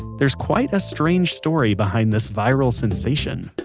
there's quite a strange story behind this viral sensation